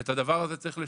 ואת הדבר הזה צריך לשנות.